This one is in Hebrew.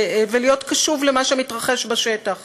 ולהיות קשובה למה שמתרחש בשטח